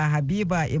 Habiba